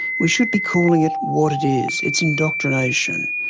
we should be calling it what it is it's indoctrination.